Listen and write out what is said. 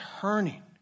turning